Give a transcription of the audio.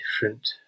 different